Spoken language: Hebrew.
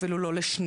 אפילו לא לשנייה.